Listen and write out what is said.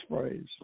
phrase